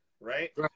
Right